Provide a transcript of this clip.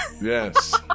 Yes